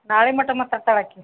ನಾಳೆ ಮಟ್ಟ ಮಾತಾಡ್ತಾಳೆ ಆಕಿ